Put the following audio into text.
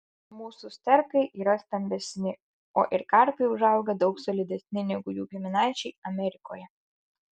mūsų sterkai yra stambesni o ir karpiai užauga daug solidesni negu jų giminaičiai amerikoje